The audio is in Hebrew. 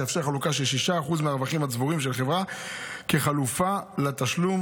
שיאפשר חלוקה של 6% מהרווחים הצבורים של חברה כחלופה לתשלום